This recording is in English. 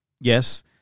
Yes